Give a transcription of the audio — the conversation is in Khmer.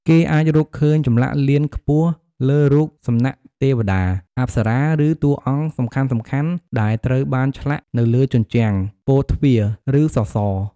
គេអាចរកឃើញចម្លាក់លៀនខ្ពស់លើរូបសំណាកទេពតា អប្សរា ឬតួអង្គសំខាន់ៗដែលត្រូវបានឆ្លាក់នៅលើជញ្ជាំង ពោធិ៍ទ្វារ ឬសសរ។